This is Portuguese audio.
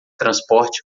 transporte